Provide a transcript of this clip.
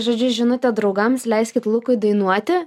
žodžiu žinutė draugams leiskit lukui dainuoti